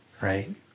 Right